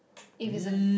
if is a